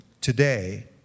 today